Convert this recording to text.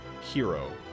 Hero